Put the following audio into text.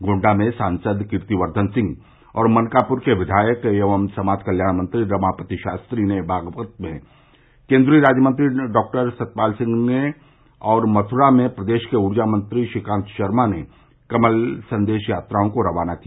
गोण्डा में सांसद कीर्तिकर्द्वन सिंह और मनकाप्र के विद्यायक एवं समाज कल्याण मंत्री रमापति शास्त्री ने बागपत में केन्द्रीय राज्यमंत्री डॉक्टर सतपाल सिंह ने और मथुरा में प्रदेश के ऊर्जामंत्री श्रीकांत शर्मा ने कमल सन्देश यात्राओं को रवाना किया